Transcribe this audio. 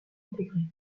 intégré